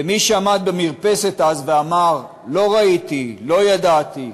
ומי שעמד במרפסת אז ואמר: לא ראיתי, לא ידעתי,